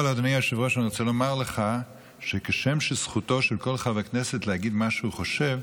אני רוצה לומר לך שכשם שזכותו של כל חבר כנסת להגיד מה שהוא חושב,